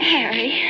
Harry